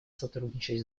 сотрудничать